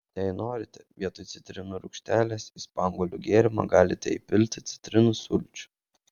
jei norite vietoj citrinų rūgštelės į spanguolių gėrimą galite įpilti citrinų sulčių